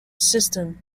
system